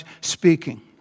speaking